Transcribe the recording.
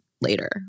later